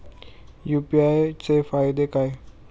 UPI चे फायदे काय?